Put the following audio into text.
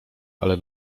ale